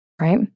Right